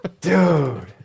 dude